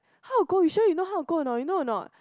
how to go you sure you know how to go you know or not